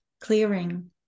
clearing